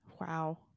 wow